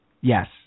Yes